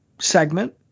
segment